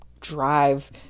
drive